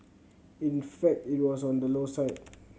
in fact it was on the low side